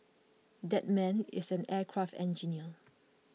that man is an aircraft engineer